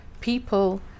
people